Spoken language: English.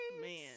Man